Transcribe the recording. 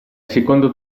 secondo